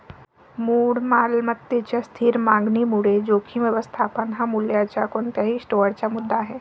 मूळ मालमत्तेच्या स्थिर मागणीमुळे जोखीम व्यवस्थापन हा मूल्याच्या कोणत्याही स्टोअरचा मुद्दा आहे